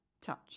touch